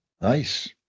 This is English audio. Nice